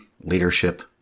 leadership